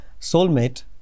soulmate